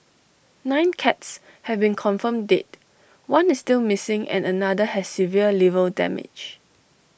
nine cats have been confirmed dead one is still missing and another has severe liver damage